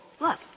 Look